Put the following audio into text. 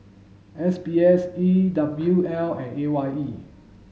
S B S E W L and A Y E